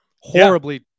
horribly